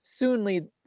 Soonly